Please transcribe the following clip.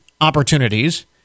opportunities